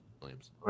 Williams